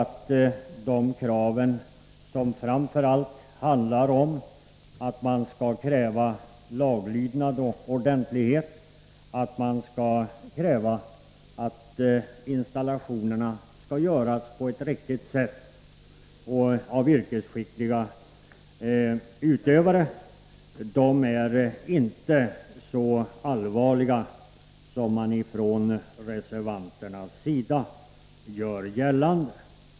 Det handlar framför allt om att kräva laglydnad och ordentlighet, att installationerna görs på ett riktigt sätt och av skickliga yrkesutövare. Dessa krav är inte så allvarliga som reservanterna gör gällande.